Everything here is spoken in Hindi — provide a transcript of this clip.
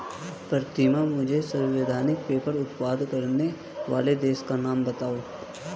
प्रीतम मुझे सर्वाधिक पेपर उत्पादन करने वाले देशों का नाम बताओ?